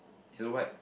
is a white